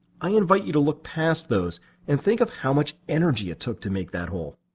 i invite you to look past those and think of how much energy it took to make that hole.